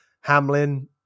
Hamlin